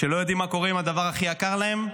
שלא יודעים מה קורה עם הדבר הכי יקר להם,